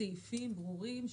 סעיפים ברורים.